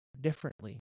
differently